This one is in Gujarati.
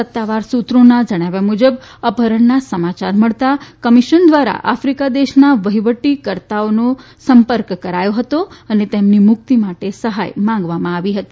સત્તાવાર સૂત્રોના જણાવ્યા મુજબ અપહરણના સમાચાર મળતા કમિશન દ્વારા આફ્રિકા દેશના વહિવટકર્તાઓનો સંપર્ક કરાયો હતો અને તેમની મુક્તિ માટે સહાય માંગવામાં આવી હતી